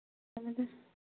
ꯊꯝꯃꯦ ꯊꯝꯃꯦ